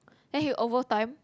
and he'll overtime